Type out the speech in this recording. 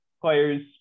players